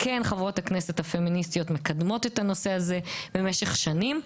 וכן חברות הכנסת הפמיניסטיות מקדמות את הנושא הזה במשך שנים,